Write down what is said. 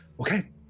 okay